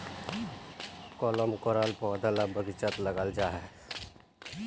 कलम कराल पौधा ला बगिचात लगाल जाहा